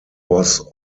was